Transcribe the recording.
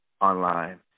online